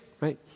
right